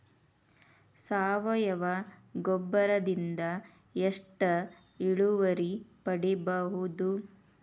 ಸಾವಯವ ಗೊಬ್ಬರದಿಂದ ಎಷ್ಟ ಇಳುವರಿ ಪಡಿಬಹುದ?